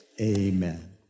amen